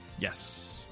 Yes